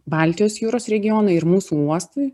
baltijos jūros regionui ir mūsų uostui